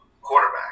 quarterback